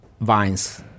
vines